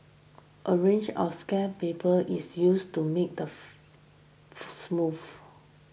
a range of sandpaper is used to make the foo foo smooth